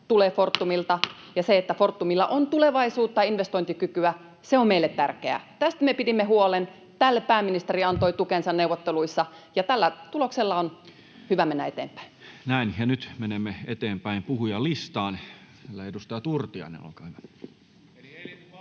koputtaa] ja se, että Fortumilla on tulevaisuutta ja investointikykyä, on meille tärkeää. Tästä me pidimme huolen, tälle pääministeri antoi tukensa neuvotteluissa, ja tällä tuloksella on hyvä mennä eteenpäin. [Sebastian Tynkkynen: Eli ei liity valtioon muuten kuin siltä